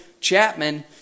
Chapman